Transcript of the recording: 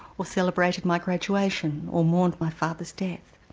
or celebrated my graduation or mourned my father's death.